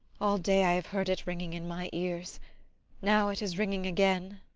all day i have heard it ringing in my ears now it is ringing again!